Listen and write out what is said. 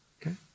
Okay